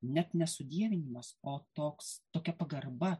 net ne sudievinimas o toks tokia pagarba